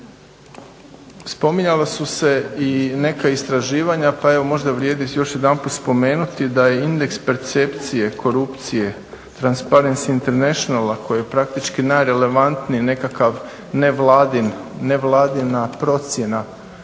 Spominjala su se i neka istraživanja pa evo možda vrijedi još jedanput spomenuti da je indeks percepcije korupcije transparency internationala koji je praktički najrelevantniji nekakav nevladina procjena